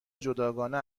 جداگانه